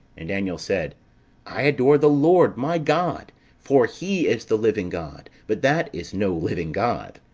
and daniel said i adore the lord, my god for he is the living god but that is no living god.